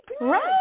Right